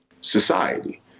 society